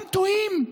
תאמין לי,